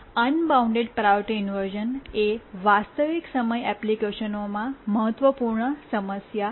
unbound priority inversion એ વાસ્તવિક સમય એપ્લિકેશનોમાં મહત્વપૂર્ણ સમસ્યા છે